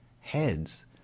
heads